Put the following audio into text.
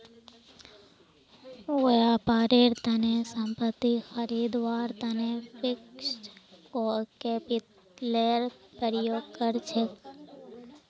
व्यापारेर तने संपत्ति खरीदवार तने फिक्स्ड कैपितलेर प्रयोग कर छेक